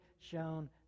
shown